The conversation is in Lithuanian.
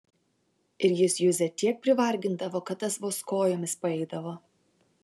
ir jis juzę tiek privargindavo kad tas vos kojomis paeidavo